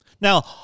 Now